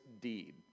deed